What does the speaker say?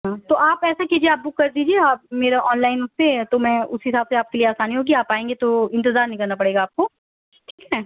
ہاں تو آپ ایسا کیجیے آپ بک کر دیجیے آپ میرا آن لائن پہ ہے تو میں اُس حساب سے آپ کے لیے آسانی ہوگی آپ آئیں گی تو انتظار نہیں کرنا پڑے گا آپ کو ٹھیک ہے